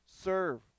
serve